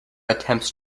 attempts